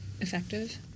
effective